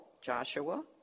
Joshua